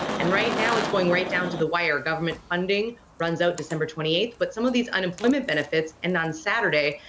and, right now, it's going right down to the wire. government funding runs out december twenty eight. but some of these unemployment benefits end on saturday.